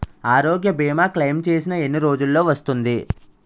ఆరోగ్య భీమా క్లైమ్ చేసిన ఎన్ని రోజ్జులో వస్తుంది?